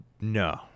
no